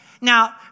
Now